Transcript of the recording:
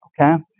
Okay